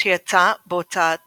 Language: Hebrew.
שיצא בהוצאת פרדס.